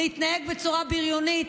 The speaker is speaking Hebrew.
להתנהג בצורה בריונית,